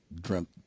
dreamt